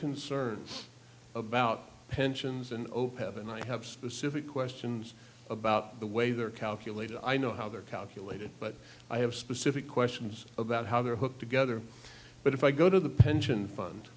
concerns about pensions and opeth and i have specific questions about the way they are calculated i know how they're calculated but i have specific questions about how they're hooked together but if i go to the pension fund